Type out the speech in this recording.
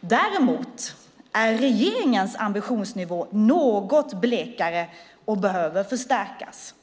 Däremot är regeringens ambitionsnivå något blekare och behöver förstärkas.